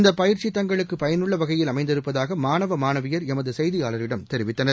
இந்த பயிற்சி தங்களுக்கு பயன் உள்ள வகையில் அமைந்திருப்பதாக மாணவ மாணவியர் எமது செய்தியாளரிடம் தெரிவித்தனர்